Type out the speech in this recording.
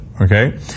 okay